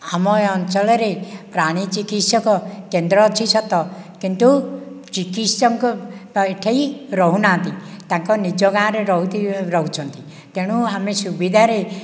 ଆମ ଏ ଅଞ୍ଚଳରେ ପ୍ରାଣୀ ଚିକିତ୍ସକ କେନ୍ଦ୍ର ଅଛି ସତ କିନ୍ତୁ ଚିକିତ୍ସକ ବା ଏଠେ କେହି ରହୁନାହାନ୍ତି ତାଙ୍କ ନିଜ ଗାଁ'ରେ ରହୁଛନ୍ତି ତେଣୁ ଆମେ ସୁବିଧାରେ